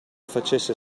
facesse